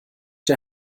der